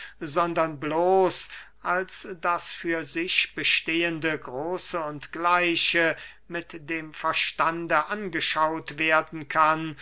sondern bloß als das für sich bestehende große und gleiche mit dem verstande angeschaut werden kann